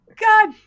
god